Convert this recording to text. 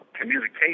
communication